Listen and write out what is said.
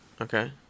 Okay